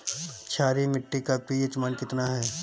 क्षारीय मीट्टी का पी.एच मान कितना ह?